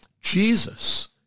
Jesus